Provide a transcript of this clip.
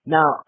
Now